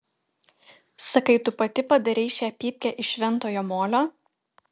sakai tu pati padarei šią pypkę iš šventojo molio